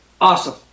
Awesome